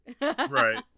Right